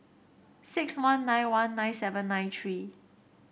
six one nine one nine seven nine three